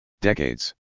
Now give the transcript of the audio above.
Decades